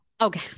okay